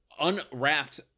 unwrapped